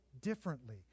differently